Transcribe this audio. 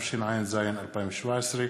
התשע"ז 2017,